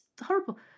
horrible